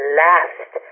last